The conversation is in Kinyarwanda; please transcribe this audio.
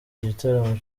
gitaramo